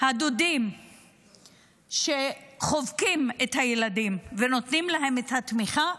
הדודים שחובקים את הילדים ונותנים להם את התמיכה,